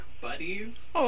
buddies